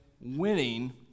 winning